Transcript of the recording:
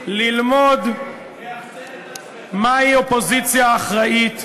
תפסיק להשתמש, בציניות, ליחצן את עצמך.